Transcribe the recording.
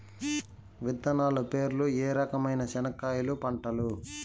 విత్తనాలు పేర్లు ఏ రకమైన చెనక్కాయలు పంటలు?